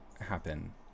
happen